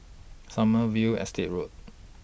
Sommerville Estate Road